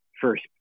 first